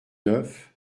neuf